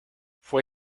fue